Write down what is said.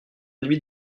nuit